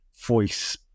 voice